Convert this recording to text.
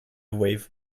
wave